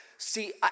See